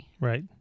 right